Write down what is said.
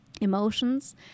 emotions